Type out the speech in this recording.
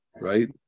right